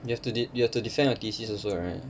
you have to d~ you have to defend her thesis also right